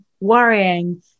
worrying